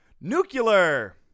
Nuclear